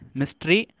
mystery